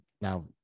now